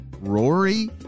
Rory